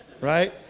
Right